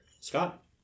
Scott